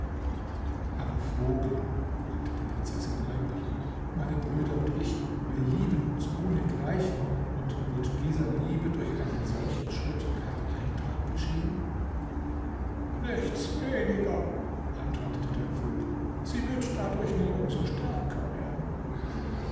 aber vogel wandte die prinzessin ein meine brüder und ich wir lieben uns ohnegleichen und wird dieser liebe durch einen solchen schritt kein eintrag geschehen nichts weniger antwortete der vogel sie wird dadurch nur um so stärker werden